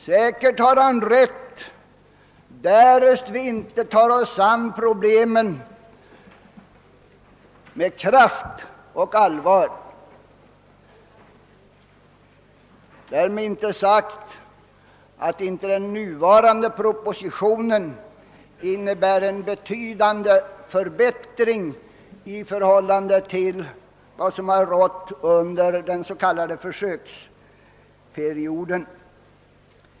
Säkert har han rätt, därest vi inte tar oss an problemen med kraft och allvar — därmed inte sagt att inte den nu framlagda propositionen innebär förslag om betydande förbättringar av de förhållanden som har rått under den s.k. försöksperioden.